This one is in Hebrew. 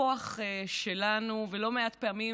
הכוח שלנו, לא מעט פעמים,